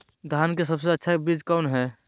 धान की सबसे अच्छा बीज कौन है?